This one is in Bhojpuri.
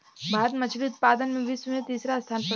भारत मछली उतपादन में विश्व में तिसरा स्थान पर बा